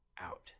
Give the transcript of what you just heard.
out